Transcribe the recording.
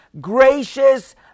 gracious